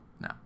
no